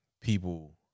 people